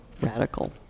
radical